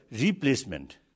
replacement